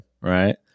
right